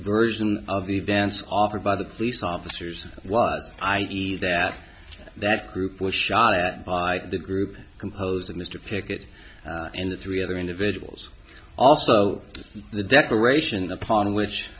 version of the dance offered by the police officers was i e that that group was shot at by the group composed of mr pickett and the three other individuals also the decoration upon which